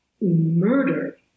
murder